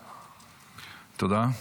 תודה.